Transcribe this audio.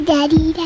Daddy